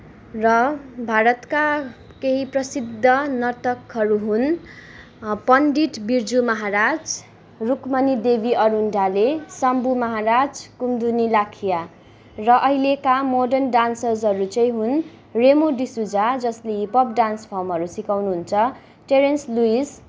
र भारतका केही प्रसिद्ध नर्तकहरू हुन् पन्डित बिर्जु महाराज रुक्मणी देबी अरुण्डाले शम्भू महाराज कुम्दिनी लाखिया र अहिलेका मोडर्न डान्सर्सहरू चाहिँ हुन् रेमो डिसुजा जसले हिपप डान्स फर्महरू सिकाउनुहुन्छ टेरेन्स लुइस